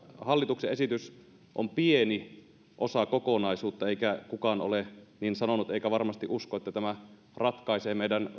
hallituksen esitys on pieni osa kokonaisuutta eikä kukaan ole niin sanonut eikä varmasti usko että tämä ratkaisee meidän